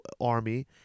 army